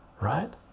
right